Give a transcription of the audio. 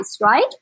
right